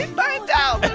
find out.